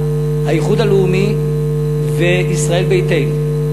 האיחוד הלאומי וישראל ביתנו,